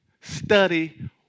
Study